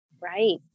Right